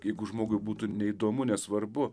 jeigu žmogui būtų neįdomu nesvarbu